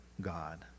God